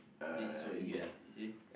this is what you get you see